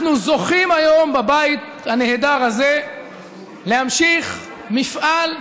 אנחנו זוכים היום בבית הנהדר הזה להמשיך מפעל,